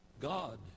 God